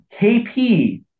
KP